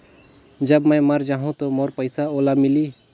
जब मै मर जाहूं तो मोर पइसा ओला मिली?